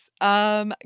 Yes